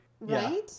Right